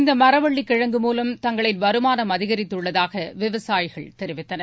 இந்த மாவள்ளி கிழங்கு மூவம் தங்களின் வருமானம் அதிகரித்துள்ளதாக விவசாயிகள் தெரிவித்தனர்